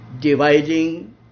dividing